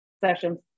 sessions